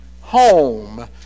home